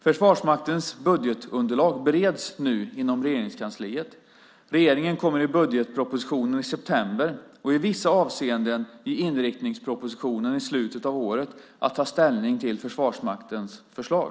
Försvarsmaktens budgetunderlag bereds nu inom Regeringskansliet. Regeringen kommer i budgetpropositionen i september - och i vissa avseenden i inriktningspropositionen i slutet av året - att ta ställning till Försvarsmaktens förslag.